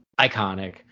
Iconic